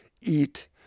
eat